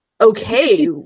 okay